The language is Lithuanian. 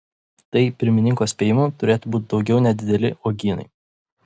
tai pirmininko spėjimu turėtų būti daugiau nedideli uogynai